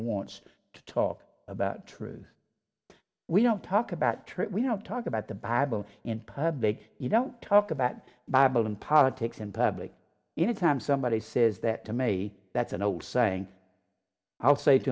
wants to talk about truth we don't talk about truth we don't talk about the bible in public you don't talk about bible and politics in public in a time somebody says that to me that's an old saying i'll say to